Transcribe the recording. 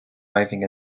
arriving